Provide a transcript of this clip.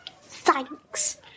thanks